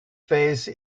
face